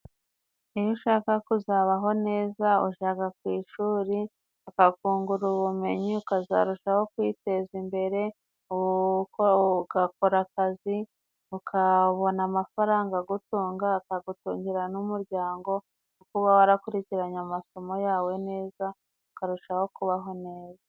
Iyo ushaka kuzabaho neza ujaga ku ishuri ukakungura ubumenyi ukazarushaho kwiteza imbere ugakora akazi ukabona amafaranga agutunga akagutungira n'umuryango kuba warakurikiranye amasomo yawe neza ukarushaho kubaho neza.